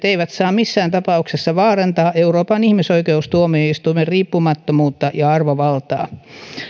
eivät saa missään tapauksessa vaarantaa euroopan ihmisoikeustuomioistuimen riippumattomuutta ja arvovaltaa